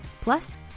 Plus